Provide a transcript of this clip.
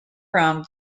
from